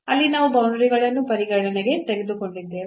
ಅಲ್ಲಿ ನಾವು ಬೌಂಡರಿಗಳನ್ನು ಪರಿಗಣನೆಗೆ ತೆಗೆದುಕೊಂಡಿದ್ದೇವೆ